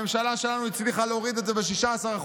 הממשלה שלנו הצליחה להוריד את זה ב-16%.